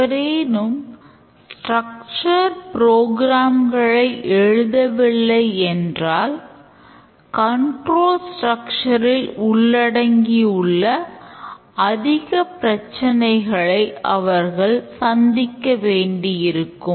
எவரேனும் ஸ்ட்ரக்சர் புரோகிராம்களை இல் உள்ளடங்கியுள்ள அதிக பிரச்சனைகளை அவர்கள் சந்திக்க வேண்டியிருக்கும்